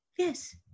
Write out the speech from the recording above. Yes